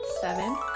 Seven